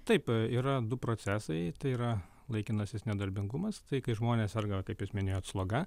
taip yra du procesai tai yra laikinasis nedarbingumas tai kai žmonės serga kaip jūs minėjot sloga